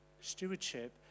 Stewardship